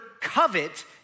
covet